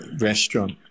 restaurant